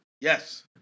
Yes